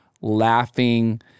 laughing